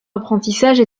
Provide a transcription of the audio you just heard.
apprentissage